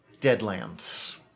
Deadlands